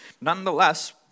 Nonetheless